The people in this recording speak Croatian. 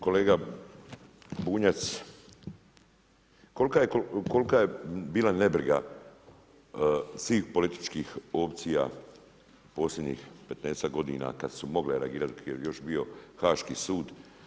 Kolega Bunjac, kolika je bila nebriga svih političkih opcija posljednjih petnaestak godina kada su mogle reagirati, kada je još bio Haški sud.